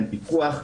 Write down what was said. אין פיקוח,